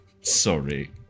sorry